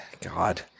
God